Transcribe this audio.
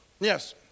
Yes